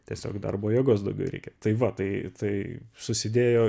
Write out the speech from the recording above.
tiesiog darbo jėgos daugiau reikia tai va tai tai susidėjo